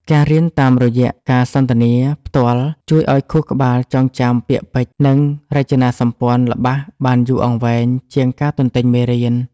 ការរៀនតាមរយៈការសន្ទនាផ្ទាល់ជួយឱ្យខួរក្បាលចងចាំពាក្យពេចន៍ និងរចនាសម្ព័ន្ធល្បះបានយូរអង្វែងជាងការទន្ទេញមេរៀន។